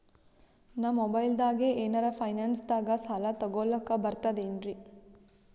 ನಾ ಮೊಬೈಲ್ದಾಗೆ ಏನರ ಫೈನಾನ್ಸದಾಗ ಸಾಲ ತೊಗೊಲಕ ಬರ್ತದೇನ್ರಿ?